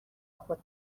خود